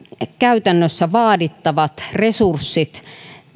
käytännössä vaadittavat resurssit